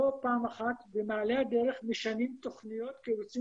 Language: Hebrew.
לא פעם אחת במעלה הדרך משנים תוכניות כי רוצים